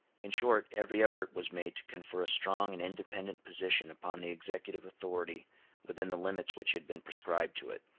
in short, every effort was made to confer a strong and independent position upon the executive authority within the limits which had been prescribed to it.